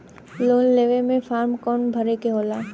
Loan लेवे के form कौन भरे के होला?